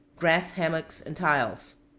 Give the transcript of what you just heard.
grass hammocks, and tiles.